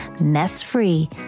mess-free